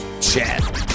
Chat